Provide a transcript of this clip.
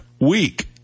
week